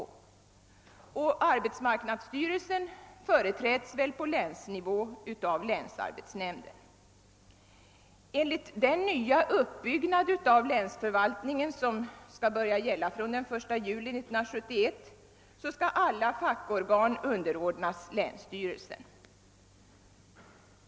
Och arbetsmarknadsstyrelsen företräds på länsnivå av länsarbetsnämnden. Enligt den nya uppbyggnaden av länsförvaltningen som skall börja gälla från den 1 juli 1971 skall alla fackorgan underordnas länsstyrelsen.